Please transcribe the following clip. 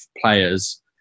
players